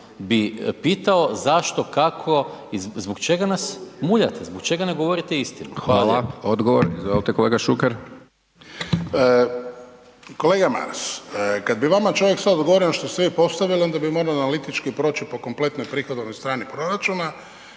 bi pitao zašto, kako i zbog čega nas muljate, zbog čega ne govorite istinu? Hvala. **Hajdaš Dončić, Siniša (SDP)** Hvala, odgovor, izvolite kolega Šuker. **Šuker, Ivan (HDZ)** Kolega Maras, kad bi vama čovjek sad odgovorio ono što ste vi postavili, onda bi morali analitički proći po kompletnoj prihodovnoj strani proračuna,